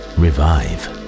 revive